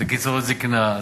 זה קצבאות זיקנה,